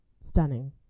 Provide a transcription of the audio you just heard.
stunning